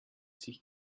sich